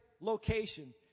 location